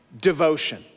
devotion